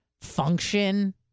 function